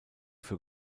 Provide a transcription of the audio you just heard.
für